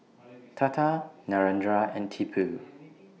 Tata Narendra and Tipu